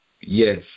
Yes